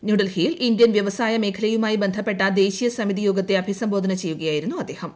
ന്യൂഡൽഹിയിൽ ഇന്ത്യൻ വ്യവസായ മേഖലയുമായി ബന്ധപ്പെട്ട ദേശീയ സമിതി യോഗത്തെ അഭിസംബോധന ചെയ്യുകയായിരുന്നു അദ്ദേഹം